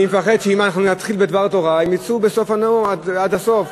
אני מפחד שאם אנחנו נתחיל בדבר תורה הם יצאו עד הסוף.